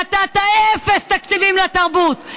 נתת אפס תקציבים לתרבות.